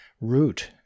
root